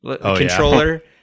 controller